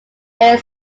air